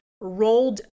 rolled